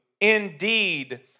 Indeed